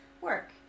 work